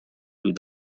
with